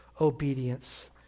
obedience